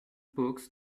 books